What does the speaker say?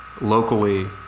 locally